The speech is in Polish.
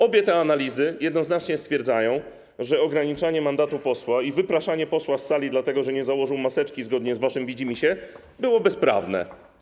Obie te analizy jednoznacznie stwierdzają, że ograniczanie mandatu posła i wypraszanie posła z sali dlatego, że nie założył maseczki zgodnie z waszym widzimisię, było bezprawne.